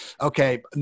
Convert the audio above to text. okay